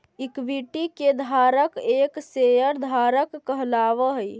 equity के धारक एक शेयर धारक कहलावऽ हइ